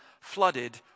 flooded